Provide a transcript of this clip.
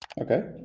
okay,